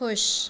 खु़शि